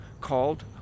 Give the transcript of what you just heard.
called